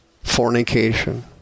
fornication